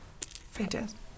Fantastic